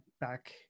back